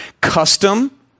custom